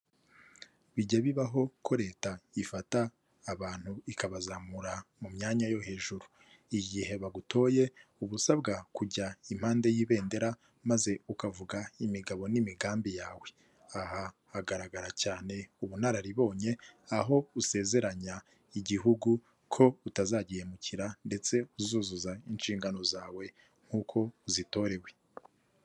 Bijya bibaho ko leta ifata abantu ikabazamura mu myanya yo hejuru. Igihe bagutoye uba usabwa kujya impande y'ibendera maze ukavuga imigabo n'imigambi yawe, aha hagaragara cyane ubunararibonye aho usezeranya igihugu ko utazagihemukira ndetse uzuzuza inshingano zawe nk'uko uzitorewe.